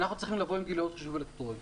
אנחנו צריכים לבוא עם גליונות חישוב אלקטרוניים.